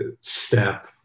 step